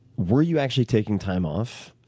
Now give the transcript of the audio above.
were you actually taking time off?